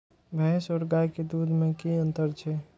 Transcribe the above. भैस और गाय के दूध में कि अंतर छै?